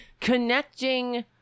connecting